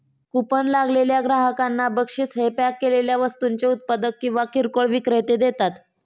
coupon लागलेल्या ग्राहकांना बक्षीस हे पॅक केलेल्या वस्तूंचे उत्पादक किंवा किरकोळ विक्रेते देतात